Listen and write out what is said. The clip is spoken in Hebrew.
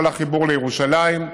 כל החיבור לירושלים,